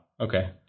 Okay